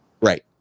Right